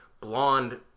blonde